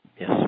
Yes